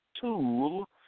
tool